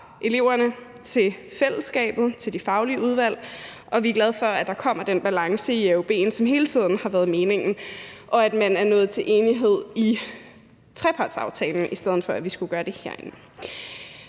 eleverne til fællesskabet, til de faglige udvalg, og vi er glade for, at der kommer den balance i AUB'en, som det hele tiden har været meningen der skulle være, og at man er nået til enighed i trepartsaftalen, i stedet for at vi skulle gøre det herinde.